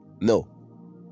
No